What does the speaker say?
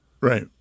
Right